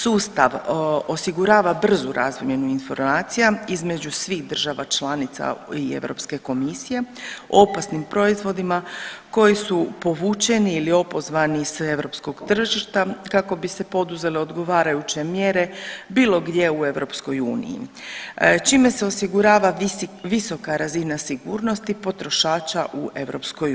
Sustav osigurava brzu razmjenu informacija između svih država članica i Europske komisije o opasnim proizvodima koji su povučeni ili opozvani s europskog tržišta kako bi se poduzele odgovarajuće mjere bilo gdje u EU, čime se osigurava visoka razina sigurnosti potrošača u EU.